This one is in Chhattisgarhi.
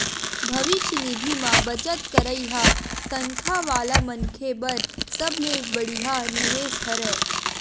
भविस्य निधि म बचत करई ह तनखा वाला मनखे बर सबले बड़िहा निवेस हरय